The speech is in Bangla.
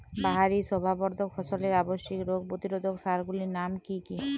বাহারী শোভাবর্ধক ফসলের আবশ্যিক রোগ প্রতিরোধক সার গুলির নাম কি কি?